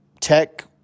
Tech